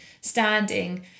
standing